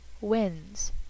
wins